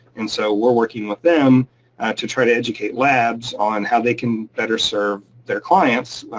and so we're working with them to try to educate labs on how they can better serve their clients,